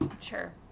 Sure